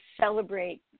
celebrate